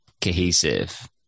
Cohesive